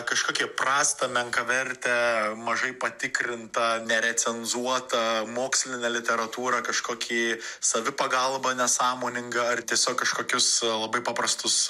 kažkokią prastą menkavertę mažai patikrintą nerecenzuotą mokslinę literatūrą kažkokį savipagalbą nesąmoningą ar tiesiog kažkokius labai paprastus